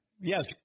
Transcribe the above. Yes